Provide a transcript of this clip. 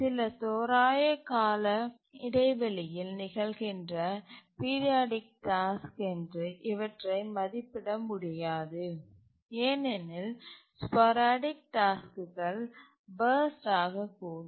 சில தோராய கால இடைவெளியில் நிகழ்கின்ற பீரியாடிக் டாஸ்க் என்று இவற்றை மதிப்பிட முடியாது ஏனெனில் ஸ்போரடிக் டாஸ்க்குகள் பர்ஸ்ட் ஆகக்கூடும்